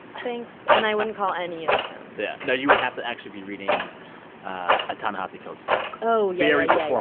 thanks. and i wouldn't call any of them yeah. no, you would have to actually be reading a ta-nehisi coates' book oh, yeah, yeah,